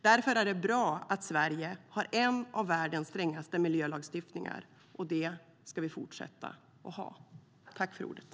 Därför är det bra att Sverige har en av världens strängaste miljölagstiftningar, och det ska vi fortsätta att ha.